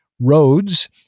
roads